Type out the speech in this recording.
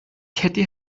kette